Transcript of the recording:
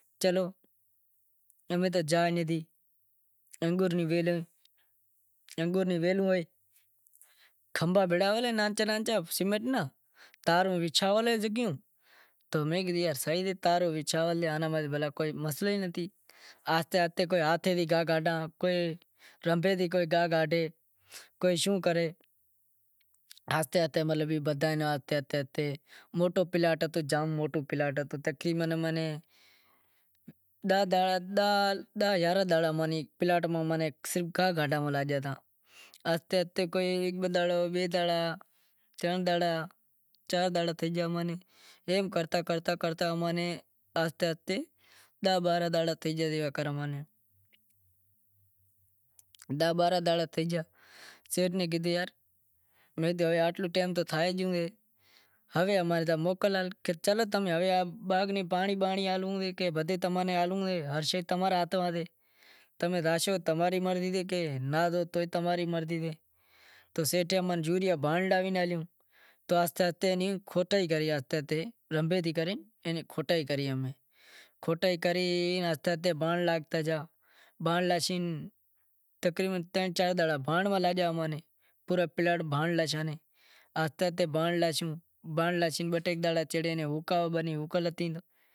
چلو امیں تو گیا انیں تھی انگور روں ویلوں ہوئیں، کھنبھا ننکا ننکا بھیگا ہوئیں تاروں وچھایل ہوئیں میں کیدہو ای کوئی مسئلا ئی نتھی آہستے آہستے ہاتھے گاہ کاڈھاں کوئی رنبے تھیں گاہ کاڈھے کوئی شوں کرے آہستے آہستے بدہا گاہ کاڈہیں، موٹو پلاٹ ہتو تقریبن منیں، داہ یارنہں دہڑا پلاٹ ماں گاہ کڈہنڑ لگا، آہستے آہستے امیں داہ بارنہں دہاڑا تھے گیا داہ بارنہں دہاڑ اتھی گیا تو میں سیٹھ یں کہیو کہ یار اتلو ٹیم تھائے گیو اے ہوے موکل ہال تو او کہے ہوے باغ مہں پانڑی بانڑی ہالنڑو سے بدہا تمیں ہالنڑو سے ہر شے تمارے ہات میں سے تمیں زاشو تماری مرضی، ناں زاشو تو بھی تماری مرضی تو سیٹھ امیں یوریا بھانڑ لاوی ہالیو، تو آہستے آہستے رنبے تھیں کرے کھوٹائی کری بھانڑ ناکھتا گیا، بھانڑ ناکھی تقریبن ترن چار دہاڑا بھانڑ میں لاگیا بہ ٹے دہاڑا سیڑے بنی ہوکل ہتی